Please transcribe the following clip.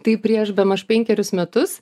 tai prieš bemaž penkerius metus